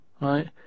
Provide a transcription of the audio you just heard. right